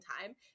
time